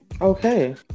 Okay